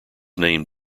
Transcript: named